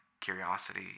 curiosity